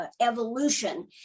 evolution